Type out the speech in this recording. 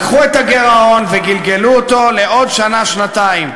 לקחו את הגירעון וגלגלו אותו לעוד שנה-שנתיים,